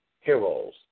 heroes